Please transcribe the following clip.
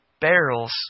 barrels